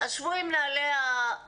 אז שבו עם מנהלי הכפרים,